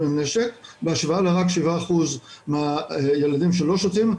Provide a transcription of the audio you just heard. עם נשק בהשוואה לרק 7% מהילדים שלא שותים.